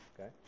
okay